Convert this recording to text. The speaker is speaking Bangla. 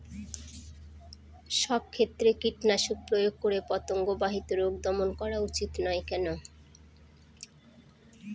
সব ক্ষেত্রে কীটনাশক প্রয়োগ করে পতঙ্গ বাহিত রোগ দমন করা উচিৎ নয় কেন?